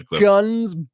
guns